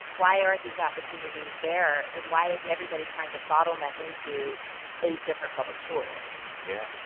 why aren't these opportunities there, and why is and everybody trying to bottleneck into eight different public schools? yeah,